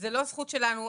זו לא זכות שלנו,